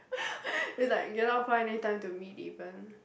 it's like cannot find any time to meet even